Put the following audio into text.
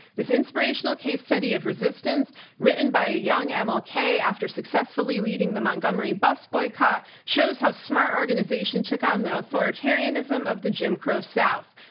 this inspirational case study of resistance written by a young um mlk after successfully leading the montgomery bus boycott shows how smart organization took on the authoritarianism of the jim crow south.